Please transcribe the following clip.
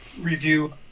review